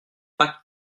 pas